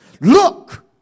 Look